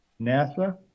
NASA